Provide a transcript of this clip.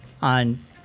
on